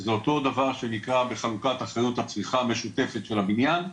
זה אותו דבר שנקרא בחלוקת אחריות הצריכה המשותפת של הבניין,